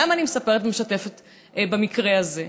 למה אני מספרת ומשתפת במקרה הזה?